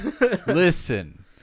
listen